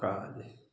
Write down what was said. काज